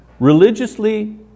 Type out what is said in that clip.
religiously